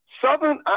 Southern